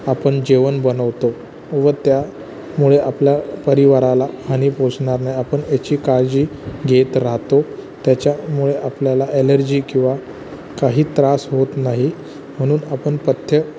आपण जेवण बनवतो व त्यामुळे आपल्या परिवाराला हानी पोचणार नाही आपण याची काळजी घेत राहतो त्याच्यामुळे आपल्याला ॲलर्जी किंवा काही त्रास होत नाही म्हणून आपण पथ्य